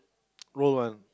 roll one